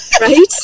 Right